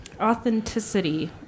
Authenticity